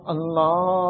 Allah